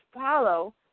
follow